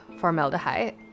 formaldehyde